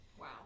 Wow